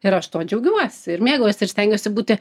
ir aš tuo džiaugiuosi ir mėgaujuosi ir stengiuosi būti